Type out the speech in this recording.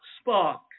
Spark